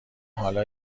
حالا